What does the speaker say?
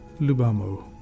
Lubamo